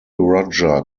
roger